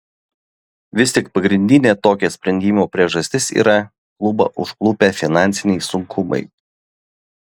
vis tik pagrindinė tokio sprendimo priežastis yra klubą užklupę finansiniai sunkumai